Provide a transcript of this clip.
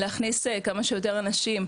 להכניס כמה שיותר אנשים,